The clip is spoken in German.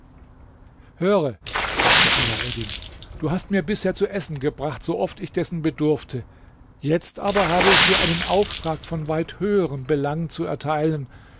höre sagte alaeddin du hast mir bisher zu essen gebracht so oft ich dessen bedurfte jetzt aber habe ich dir einen auftrag von weit höherem belang zu erteilen